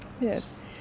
Yes